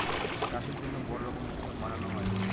চাষের জন্য বড়ো রকম উৎসব মানানো হয়